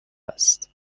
است